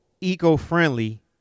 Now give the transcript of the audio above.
eco-friendly